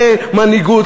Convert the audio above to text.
זה מנהיגות,